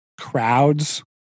crowds